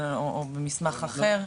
או במסמך אחר?